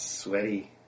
Sweaty